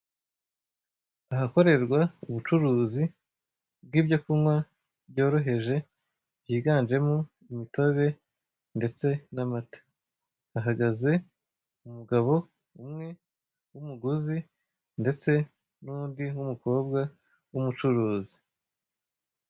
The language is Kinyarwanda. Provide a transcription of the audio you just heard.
Ahakorerwa ubucuruzi bw'ibyo kunywa byoroheje byiganjemo imitobe ndetse n'amata, hahagaze umugabo umwe w'umuguzi ndetse n'undi w'umukobwa w'umucuruzi.